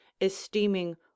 esteeming